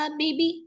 baby